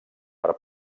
per